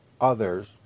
others